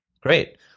Great